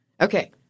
Okay